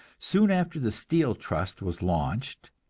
soon after the steel trust was launched,